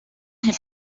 had